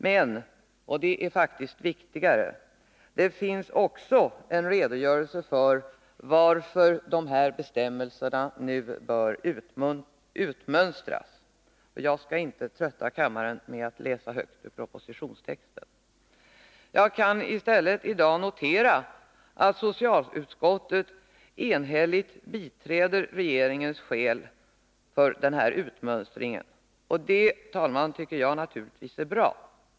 Men — och det är faktiskt viktigare — där finns också en redogörelse för varför dessa bestämmelser nu bör utmönstras. Jag skall inte trötta kammaren med att läsa högt ur propositionstexten. Jag kan i stället i dag notera att socialutskottet enhälligt biträder regeringens skäl för denna utmönstring. Det tycker jag naturligtvis är bra, herr talman.